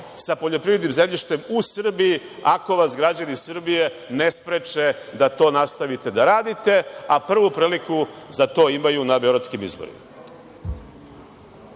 sa poljoprivrednim zemljištem u Srbiji ako vas građani Srbije ne spreče da to nastavite da radite, a prvu priliku za to imaju na beogradskim izborima.